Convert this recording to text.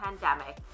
pandemic